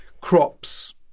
crops